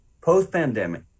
post-pandemic